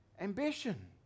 ambition